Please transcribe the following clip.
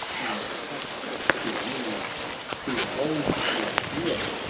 and clasped his knees behold me here,